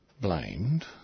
blamed